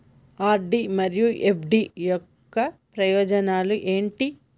RD మరియు FD యొక్క ప్రయోజనాలు ఏంటి?